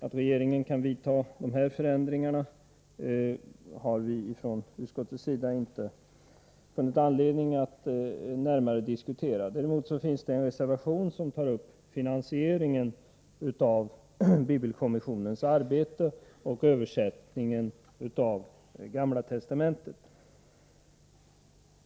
Att regeringen kan vidta de förändringarna har vi ifrån utskottets sida inte funnit anledning att närmare diskutera. Däremot föreligger en reservation som tar upp finansieringen av bibelkommissionens arbete och översättningen av Gamla testamentet.